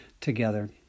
together